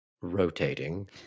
rotating